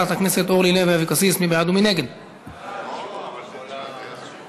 לוועדת הכלכלה נתקבלה.